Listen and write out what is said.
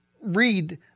read